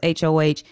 HOH